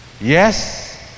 Yes